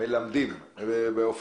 מלמדים האלה?